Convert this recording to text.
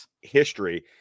history